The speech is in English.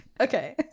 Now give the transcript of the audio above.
okay